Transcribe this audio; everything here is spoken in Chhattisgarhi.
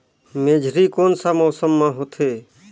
मेझरी कोन सा मौसम मां होथे?